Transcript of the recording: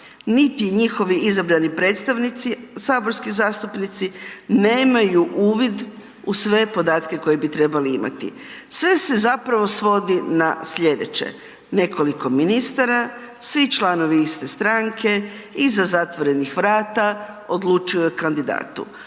niti njihovi izabrani predstavnici, saborski zastupnici, nemaju uvid u sve podatke koje bi trebali imati. Sve se zapravo svodi na slijedeće, nekoliko ministara, svi članovi iste stranke iza zatvorenih vrata odlučuju o kandidatu